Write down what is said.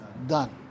Done